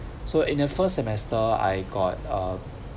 so in the first semester I got a